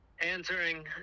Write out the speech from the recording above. answering